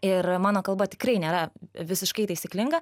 ir mano kalba tikrai nėra visiškai taisyklinga